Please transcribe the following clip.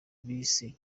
bise